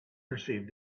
perceived